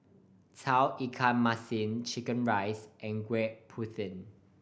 Tauge Ikan Masin chicken rice and Gudeg Putih